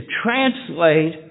translate